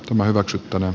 oma mukana